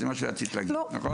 זה מה שרצית להגיד, נכון?